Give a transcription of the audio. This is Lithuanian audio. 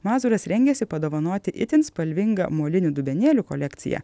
mazūras rengiasi padovanoti itin spalvingą molinių dubenėlių kolekciją